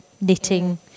knitting